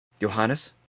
Johannes